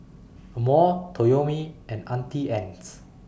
Amore Toyomi and Auntie Anne's